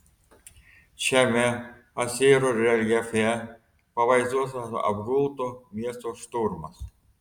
šiame asirų reljefe pavaizduotas apgulto miesto šturmas